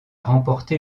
remporté